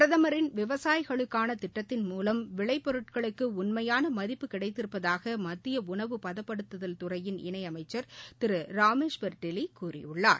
பிரதமரின் விவசாயிகளுக்கான திட்டத்தின் மூலம் விளைப்பொருட்களுக்கு உண்மையான மதிப்பு கிடைத்திருப்பதாக மத்திய உணவுப்பதப்படுத்துதல் துறையின் இணையமைச்சர் திரு ராமேஸ்வர் டெலி கூறியுள்ளார்